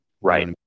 right